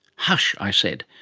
hush, i said.